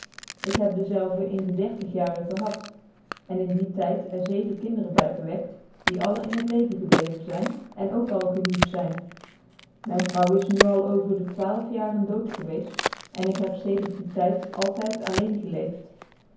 ik heb dezelve in lc dertig jaren gehad cn in dien tvd er zeven kinderen by verwekt die alle in het leven ceblecvcn cn ook al cbauwt zyn myn vrouw is nu al over de twaalf jaren dool gcwccfl cn ik heb zedcre dien rvj alcyd alleen